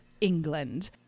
England